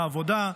לעבודה,